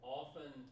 often